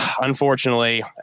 unfortunately